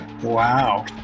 Wow